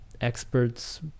experts